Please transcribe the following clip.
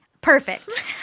perfect